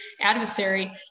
adversary